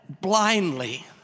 blindly